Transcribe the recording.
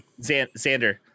Xander